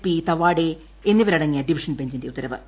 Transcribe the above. P Tawade എന്നിവരടങ്ങിയ division ബഞ്ചിന്റെ ഉത്തരവ്